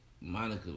Monica